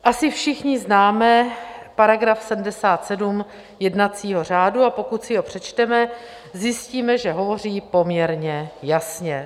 Asi všichni známe § 77 jednacího řádu, a pokud si ho přečteme, zjistíme, že hovoří poměrně jasně.